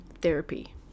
therapy